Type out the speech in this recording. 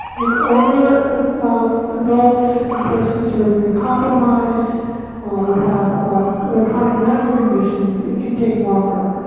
in older adults, in persons who are immunocompromised or have other chronic medical conditions, it can take longer.